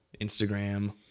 Instagram